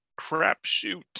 Crapshoot